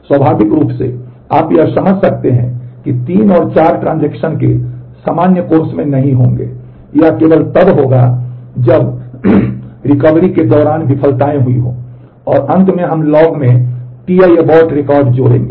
स्वाभाविक रूप से आप यह समझ सकते हैं कि 3 और 4 ट्रांज़ैक्शन के सामान्य कोर्स में नहीं होंगे यह केवल तब होगा जब रिकवरी के दौरान विफलताएं हुई हों और अंत में हम लॉग में Ti abort रिकॉर्ड जोड़ेंगे